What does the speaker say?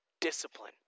discipline